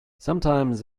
sometines